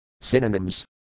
Synonyms